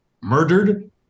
murdered